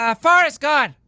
um forest god,